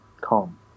calm